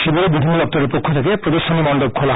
শিবিরে বিভিন্ন দপ্তরের পক্ষ থেকে প্রদর্শনী মন্ডপ খোলা হয়